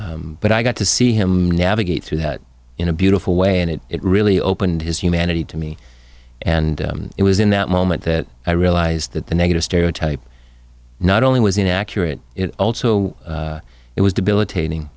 but i got to see him navigate through that in a beautiful way and it really opened his humanity to me and it was in that moment that i realized that the negative stereotype not only was inaccurate it also it was debilitating